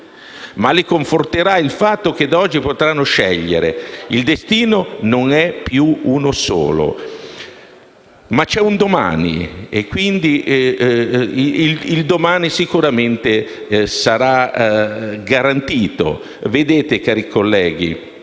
ma li conforterà il fatto che da oggi potranno scegliere. Il destino non è più uno solo, ma vi è un domani e il domani sarà sicuramente garantito. Vedete, cari colleghi,